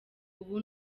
ubu